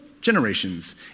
generations